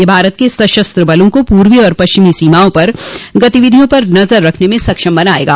यह भारत के सशस्त्र बलों को पूर्वी और पश्चिमी सीमाओं पर गतिविधियों पर नजर रखने में सक्षम बनायेगा